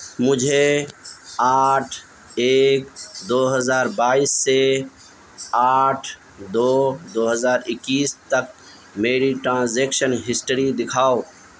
مجھے آٹھ ایک دو ہزار بائیس سے آٹھ دو دو ہزار اکیس تک میری ٹرانزیکشن ہسٹری دِکھاؤ